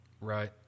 Right